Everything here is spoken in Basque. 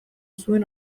zuen